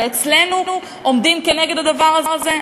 ואצלנו עומדים כנגד הדבר הזה.